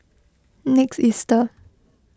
next Easter